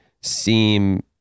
seem